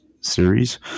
series